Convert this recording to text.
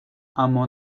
اما